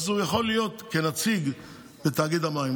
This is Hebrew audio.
אז הוא יכול להיות כנציג בתאגיד המים.